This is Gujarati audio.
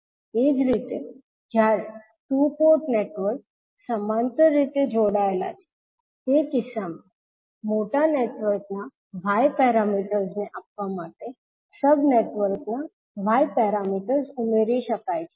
એ જ રીતે જ્યારે ટુ પોર્ટ નેટવર્ક્સ સમાંતર રીતે જોડાયેલા છે તે કિસ્સામાં મોટા નેટવર્કના y પેરામીટર્સને આપવા માટે સબ નેટવર્કના y પેરામીટર્સ ઉમેરી શકાય છે